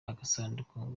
agasanduku